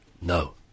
No